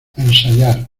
ensayar